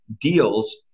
deals